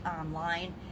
online